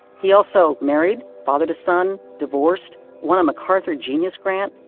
he also married, fathered a son, divorced, won a macarthur genius grant,